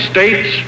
States